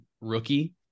rookie